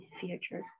future